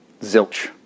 Zilch